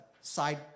side